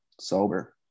sober